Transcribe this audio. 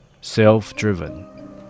self-driven